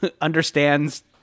understands